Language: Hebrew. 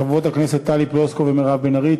חברות הכנסת טלי פלוסקוב ומירב בן ארי,